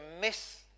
miss